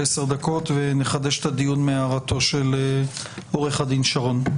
10 דקות ונחדש את הדיון עם הערתו של עורך הדין שרון.